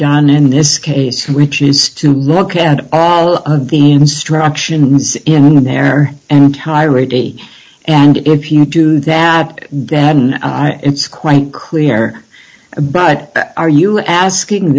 done in this case which is to look at all of the instructions in there and hire a day and if you do that then it's quite clear but are you asking